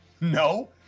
no